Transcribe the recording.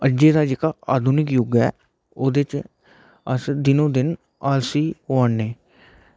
अज्जै दा जेह्का अधुनिक जुग ऐ ओह्दे च अस दिनो दिन आलसी होआ ने